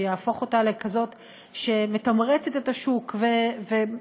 שיהפוך אותה לכזאת שמתמרצת את השוק ובאמת